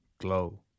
glow